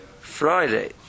Friday